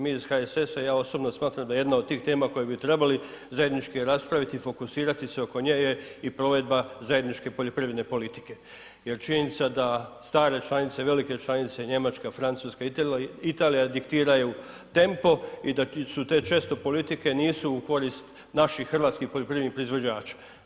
Mi iz HSS-a i ja osobno smatram da jedna od tih tema koje bi trebali zajednički raspraviti i fokusirati se oko nje i provedba zajedničke poljoprivredne politike jer činjenica da stare članice, velike članice, Njemačka, Francuska, Italija diktiraju tempo i da su te često politike nisu u korist naših hrvatskih poljoprivrednih proizvođača.